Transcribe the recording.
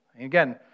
Again